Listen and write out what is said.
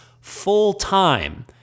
full-time